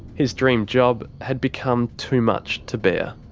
his dream job had become too much to bear.